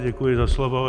Děkuji za slovo.